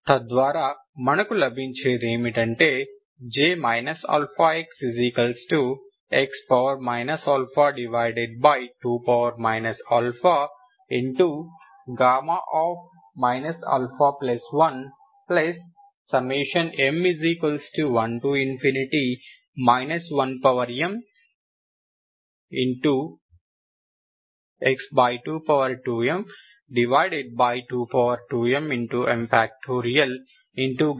తద్వారా మనకు లభించేదేమిటంటే J α x 2 α 1 α1m1 1mx22m22mm